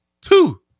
Two